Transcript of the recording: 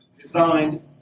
designed